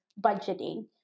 budgeting